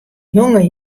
jonge